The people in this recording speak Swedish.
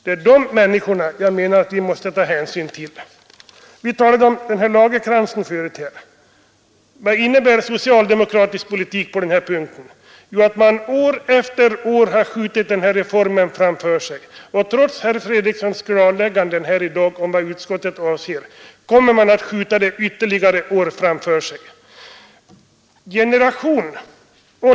Det är de människorna som jag menar att vi måste ta hänsyn till. Vi har tidigare här talat om en lagerkrans för goda insatser på pensionsområdet, men vad innebär egentligen den socialdemokratiska politiken i det fallet? Jo, den innebär att man har skjutit pensionsreformen framför sig. Och trots herr Fredrikssons klarlägganden om vad utskottet avsett kommer socialdemokraterna att skjuta den frågan framför sig ytterligare ett antal år.